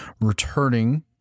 returning